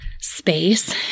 space